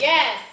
Yes